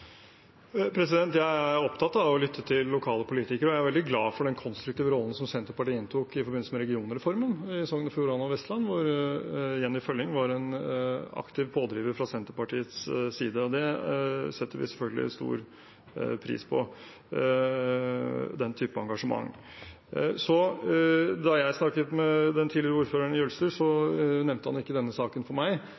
Jeg er opptatt av å lytte til lokale politikere, og jeg er veldig glad for den konstruktive rollen som Senterpartiet inntok i forbindelse med regionreformen i Sogn og Fjordane og Vestland, hvor Jenny Følling var en aktiv pådriver fra Senterpartiets side. Den type engasjement setter vi selvfølgelig stor pris på. Da jeg snakket med den tidligere ordføreren i